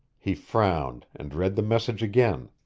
he frowned, and read the message again.